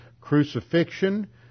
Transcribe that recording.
crucifixion